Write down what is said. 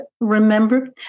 remember